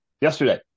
yesterday